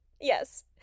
yes